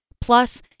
Plus